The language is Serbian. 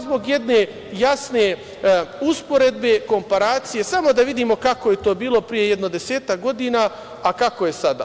Zbog jedne jasne usporedbe, komparacije, samo da vidimo kako je to bilo pre jedno desetak godina, a ko je sada.